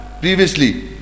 previously